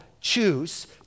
choose